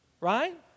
right